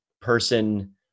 person